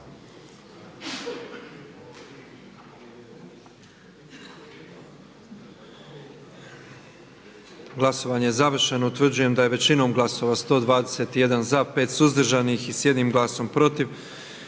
Glasovanje je završeno. Utvrđujem da smo većinom glasova 122 glasova za, 1 suzdržana i bez glasova protiv